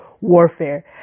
warfare